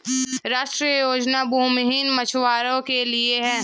राष्ट्रीय योजना भूमिहीन मछुवारो के लिए है